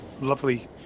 lovely